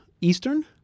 Eastern